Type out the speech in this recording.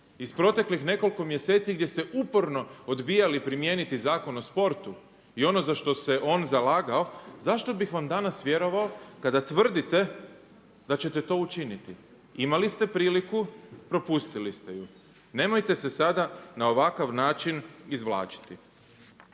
iz proteklih nekoliko mjeseci gdje ste uporno odbijali primijeniti Zakon o sportu i ono za što se on zalagao zašto bih vam danas vjerovao kada tvrdite da ćete to učiniti. Imali ste priliku, propustili ste ju. Nemojte se sada na ovakav način izvlačiti.